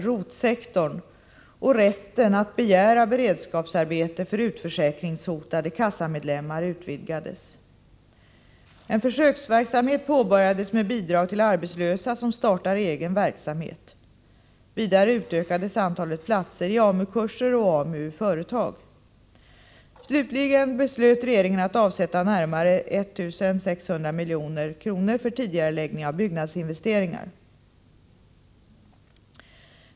ROT:-sektorn, och rätten att begära beredskapsarbete för utförsäkringshotade kassamedlemmar utvidgades. En försöksverksamhet påbörjades med bidrag till arbetslösa, som startar egen verksamhet. Vidare utökades antalet platser i AMU-kurser och AMU i företag. Slutligen beslöt regeringen att avsätta närmare 1 600 milj.kr. för tidigareläggning av byggnadsinvesteringar.